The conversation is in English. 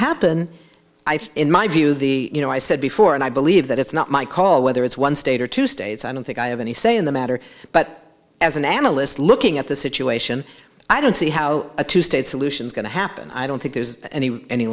happen i think in my view the you know i said before and i believe that it's not my call whether it's one state or two states i don't think i have any say in the matter but as an analyst looking at the situation i don't see how a two state solution is going to happen i don't think there's any any